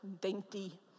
dainty